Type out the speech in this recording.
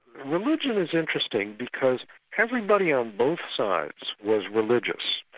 religion is interesting because everybody on both sides was religious.